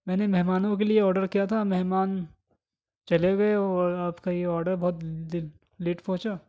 میں نے مہمانوں کے لیے آڈر کیا تھا مہمان چلے گئے اور آپ کا یہ آڈر بہت لیٹ پہنچا